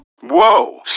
Whoa